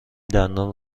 دندان